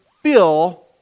fill